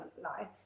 life